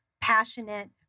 passionate